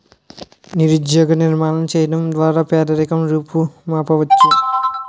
నిరుద్యోగ నిర్మూలన చేయడం ద్వారా పేదరికం రూపుమాపవచ్చు